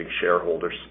shareholders